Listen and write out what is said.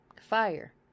fire